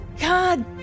God